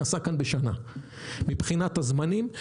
נעשה כאן בשנה מבחינת הזמנים,